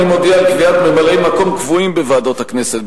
אני מודיע על קביעת ממלאי-מקום קבועים בוועדות הכנסת,